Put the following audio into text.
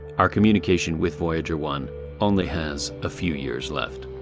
our communication with voyager one only has a few years left.